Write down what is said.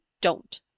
don't